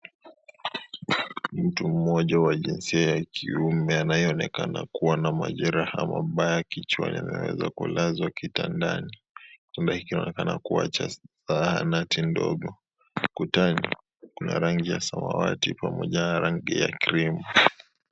Mtu mmoja wa jinsia ya kiume anayeonekana kuwa na majeraha mabaya kichwani ameweza kulazwa kitandani. Kitanda hiki kinaonekana kuwa cha zahanati ndogo. Ukutani kuna rangi ya samawati na krimu.